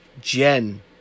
Jen